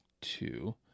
Two